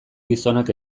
gizonak